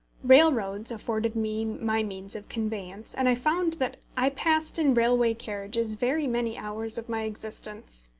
railroads afforded me my means of conveyance, and i found that i passed in railway-carriages very many hours of my existence.